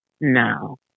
No